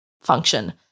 function